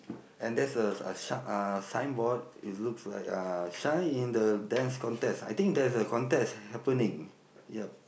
and there's a a shark uh signboard it looks like uh shine in the Dance Contest I think there's a contest happening yup